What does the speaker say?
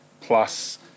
plus